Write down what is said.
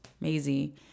Maisie